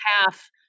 half